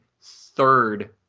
third